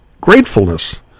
gratefulness